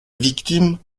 victime